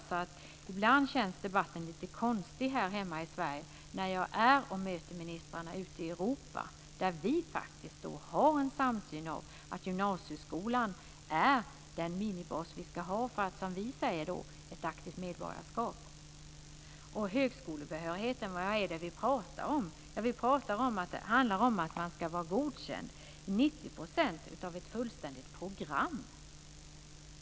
Ibland känns därför debatten lite konstig här hemma i Sverige när jag är och möter ministrarna ute i Europa där vi faktiskt har en samsyn när det gäller att gymnasieskolan är den minibas som vi ska ha för, som vi säger, ett aktivt medborgarskap. Vad är det vi talar om när det gäller högskolebehörighet? Jo, det handlar om att man ska vara godkänd i 90 % av ett fullständigt program.